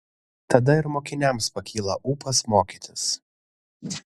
tada ir mokiniams pakyla ūpas mokytis